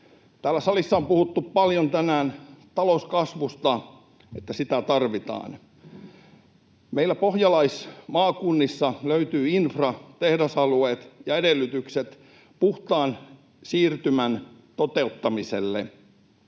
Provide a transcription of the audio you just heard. Täällä salissa on puhuttu tänään paljon talouskasvusta, siitä, että sitä tarvitaan. Meillä pohjalaismaakunnissa löytyy infra, tehdasalueet ja edellytykset puhtaan siirtymän toteuttamiselle.